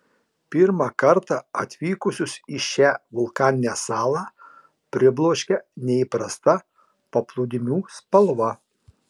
pirmą kartą atvykusius į šią vulkaninę salą pribloškia neįprasta paplūdimių spalva